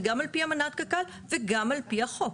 זה גם על פי אמנת קק"ל וגם על פי החוק.